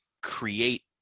create